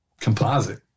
composite